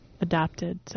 adopted